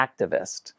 activist